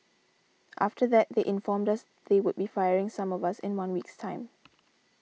after that they informed us they would be firing some of us in one week's time